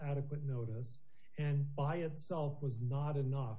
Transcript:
adequate notice and by itself was not enough